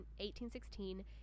1816